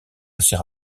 assez